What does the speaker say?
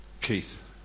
Keith